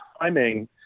timing